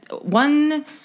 one